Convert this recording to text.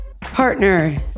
partner